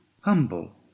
humble